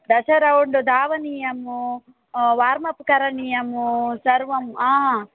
दश रौण्ड् दावनीयम् वार्मप् करणीयम् सर्वं हा